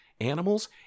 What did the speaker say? animals